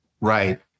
Right